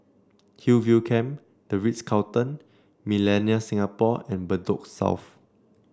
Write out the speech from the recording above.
Hillview Camp The Ritz Carlton Millenia Singapore and Bedok South